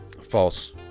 False